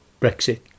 Brexit